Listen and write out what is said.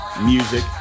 music